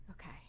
okay